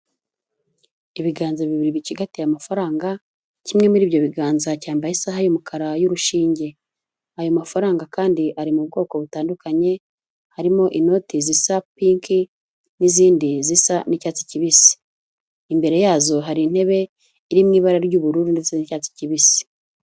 Ibiganza bibiri bicigatiye amafaranga, kimwe muri ibyo biganza cyambaye isaha y'umukara y'urushinge, ayo mafaranga kandi ari mu bwoko butandukanye, harimo inoti zisa pinki n'izindi zisa n'icyatsi kibisi, imbere yazo hari intebe, iri mu ibara ry'ubururu ndetse n'icyatsi kibisi.